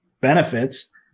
benefits